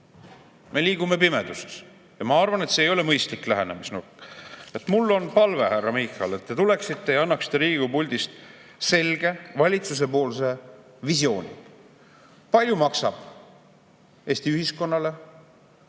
Me liigume pimeduses. Ja ma arvan, et see ei ole mõistlik lähenemisnurk. Nii et mul on palve, härra Michal, et te tuleksite ja annaksite Riigikogu puldist edasi valitsuse selge visiooni. Palju maksab Eesti ühiskonnale